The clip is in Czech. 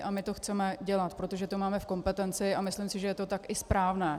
A my to chceme dělat, protože to máme v kompetenci, a myslím si, že je to tak i správné.